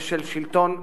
ושל שלטון המשפט.